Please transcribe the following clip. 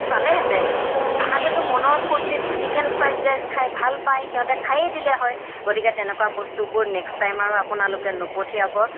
চালেহেতেন তাহাঁতেতো মনৰ ফূৰ্তিত চিকেন ফ্ৰাইড ৰাইচ খাই ভাল পায় সিহঁতে খায়েই দিলে হয় গতিকে তেনেকুৱা বস্তুবোৰ নেক্সট টাইম আৰু আপোনালোকে নপঠিয়াব